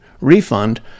refund